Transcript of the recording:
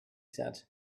said